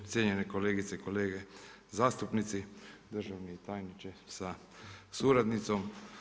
Cijenjene kolegice i kolege zastupnici, državni tajniče sa suradnicom.